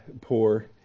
poor